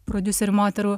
prodiuserių moterų